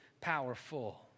powerful